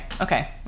okay